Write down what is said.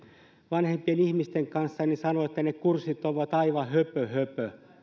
vanhempien ihmisten kanssa niin he sanovat että ne kurssit ovat aivan höpö höpö